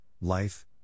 life